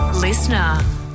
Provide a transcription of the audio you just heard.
Listener